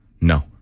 No